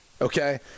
okay